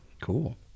Cool